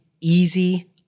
easy